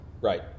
Right